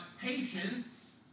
patience